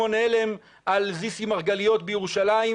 הערבים וגם כלפי רימון הלם על זיסי מרגליות בירושלים.